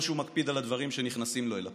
שהוא מקפיד על הדברים שנכנסים לו אל הפה.